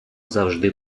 завжди